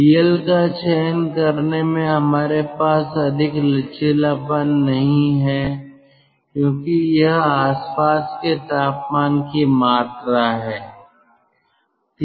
TL का चयन करने में हमारे पास अधिक लचीलापन नहीं है क्योंकि यह आसपास के तापमान की मात्रा है